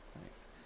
thanks